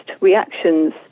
reactions